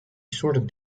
sorted